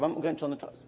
Mam ograniczony czas?